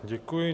Děkuji.